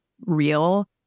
real